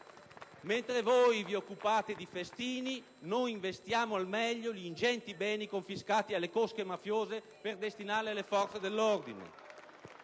mentre voi vi occupate di festini, noi investiamo al meglio gli ingenti beni confiscati alle cosche mafiose per destinarli alle forze dell'ordine